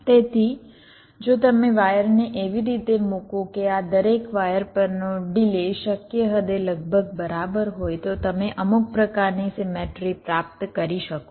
તેથી જો તમે વાયર ને એવી રીતે મૂકો કે આ દરેક વાયર પરનો ડિલે શક્ય હદે લગભગ બરાબર હોય તો તમે અમુક પ્રકારની સીમેટ્રી પ્રાપ્ત કરી શકો છો